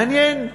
מעניין,